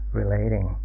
relating